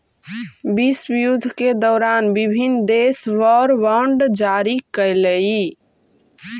विश्वयुद्ध के दौरान विभिन्न देश वॉर बॉन्ड जारी कैलइ